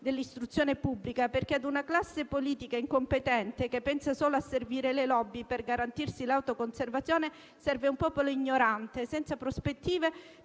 dell'istruzione pubblica, perché a una classe politica incompetente che pensa solo a servire le *lobby* per garantirsi l'autoconservazione serve un popolo ignorante e senza prospettive